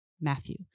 Matthew